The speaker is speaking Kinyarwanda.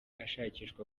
ashakishwa